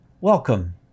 welcome